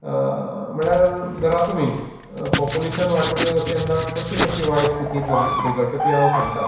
म्हळ्यार धरा तुमी पोपुलेशन वाडटलें तेन्ना कशी कशी वायट स्थिती बिगडटा ती हांव सांगता